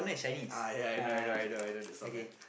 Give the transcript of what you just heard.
ah yeah I know I know I know I know that store there